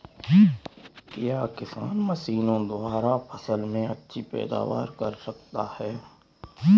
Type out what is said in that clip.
क्या किसान मशीनों द्वारा फसल में अच्छी पैदावार कर सकता है?